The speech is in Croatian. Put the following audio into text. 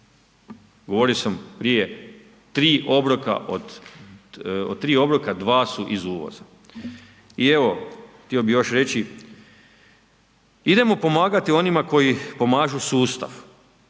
Govorio sam prije od 3 obroka 2 su iz uvoza. I evo, htio bih još reći, idemo pomagati onima koji pomažu sustav,